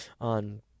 On